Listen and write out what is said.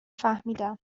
فهمیدم